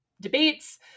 debates